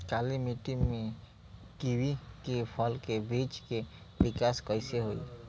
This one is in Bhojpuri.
काली मिट्टी में कीवी के फल के बृछ के विकास कइसे होई?